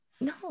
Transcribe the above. no